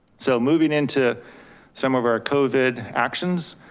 so moving into some of our covid actions,